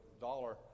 Dollar